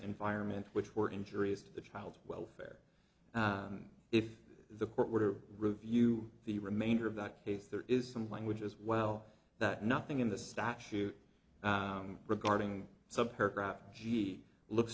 environment which were injuries to the child welfare and if the court order review the remainder of that case there is some language as well that nothing in the statute regarding some paragraph she looks